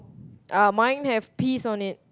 uh mine have peas on it